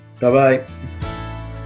Bye-bye